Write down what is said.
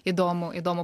įdomų įdomų